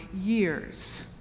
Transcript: years